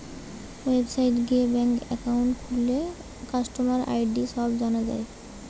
ওয়েবসাইটে গিয়ে bank account খুললে কাস্টমার আই.ডি সব জানা যায়